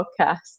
podcast